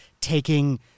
taking